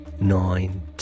nine